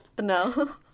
No